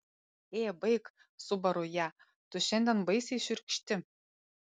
ė baik subaru ją tu šiandien baisiai šiurkšti